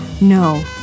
No